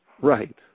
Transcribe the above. Right